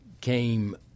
came